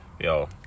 Yo